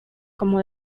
como